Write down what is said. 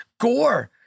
Gore